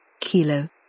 kilo